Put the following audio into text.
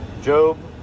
Job